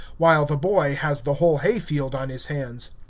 while the boy has the whole hay-field on his hands.